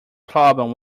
problem